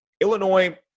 Illinois